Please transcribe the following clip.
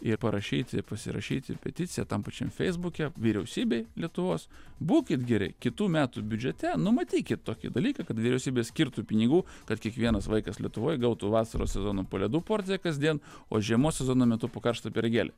ir parašyti pasirašyti peticiją tam pačiam feisbuke vyriausybei lietuvos būkit geri kitų metų biudžete numatykit tokį dalyką kad vyriausybė skirtų pinigų kad kiekvienas vaikas lietuvoj gautų vasaros sezonu po ledų porciją kasdien o žiemos sezono metu po karštą pyragėlį